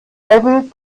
level